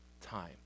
time